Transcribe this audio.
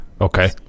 okay